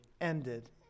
ended